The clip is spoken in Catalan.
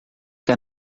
que